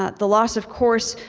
ah the loss, of course,